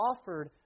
offered